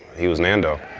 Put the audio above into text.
he was nando.